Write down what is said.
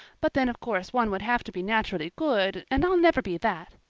but then of course one would have to be naturally good and i'll never be that,